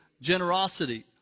generosity